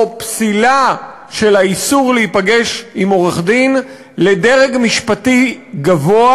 פסילה של האישור להיפגש עם עורך-דין לדרג משפטי גבוה,